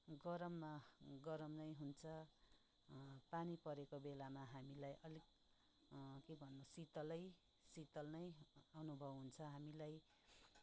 गरममा गरम नै हुन्छ पानी परेको बेलामा हामीलाई अलिक के भन्नु शीतलै शीतल नै अनुभव हुन्छ हामीलाई